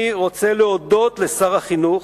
אני רוצה להודות לשר החינוך,